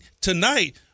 tonight